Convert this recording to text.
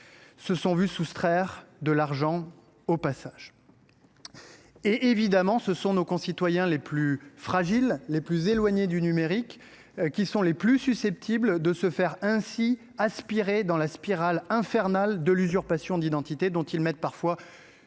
la moitié a perdu de l’argent. Évidemment, ce sont nos concitoyens les plus fragiles, les plus éloignés du numérique, qui sont les plus susceptibles de se faire ainsi entraîner dans la spirale infernale de l’usurpation d’identité dont ils mettent parfois